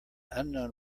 unknown